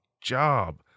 job